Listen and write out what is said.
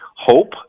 hope